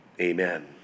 Amen